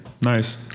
Nice